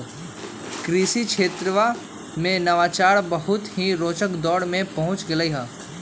कृषि क्षेत्रवा में नवाचार बहुत ही रोचक दौर में पहुंच गैले है